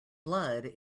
blood